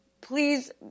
please